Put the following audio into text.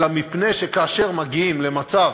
אלא מפני שכאשר מגיעים למצב